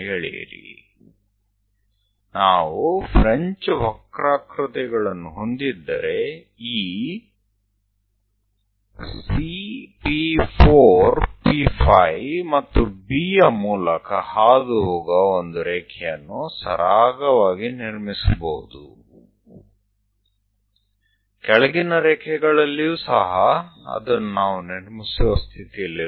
તો જો આપણી પાસે ફ્રેન્ચ વક્રો હોય તો કોઈ સરળ રીતે એક સરસ લીટી રચી શકે છે કે જે તે C P4 P5 અને B માંથી પસાર થતી હોય